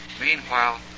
Meanwhile